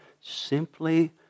simply